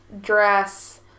dress